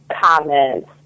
comments